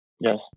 Yes